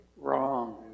wrong